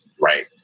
right